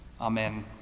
Amen